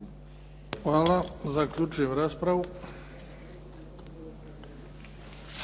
je zaključena. Dajem na